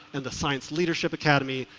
and the science leadership academy,